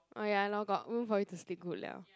oh ya lor got room for you to sleep good liao